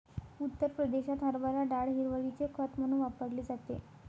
उत्तर प्रदेशात हरभरा डाळ हिरवळीचे खत म्हणून वापरली जाते